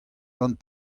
gant